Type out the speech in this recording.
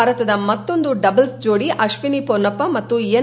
ಭಾರತದ ಮತ್ತೊಂದು ಡಬಲ್ಲ್ ಜೋಡಿ ಅಶ್ವಿನಿ ಮೊನ್ನಪ್ಪ ಮತ್ತು ಎನ್